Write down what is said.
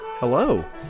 Hello